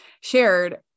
shared